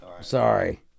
Sorry